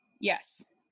Yes